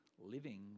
living